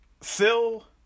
Phil